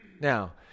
Now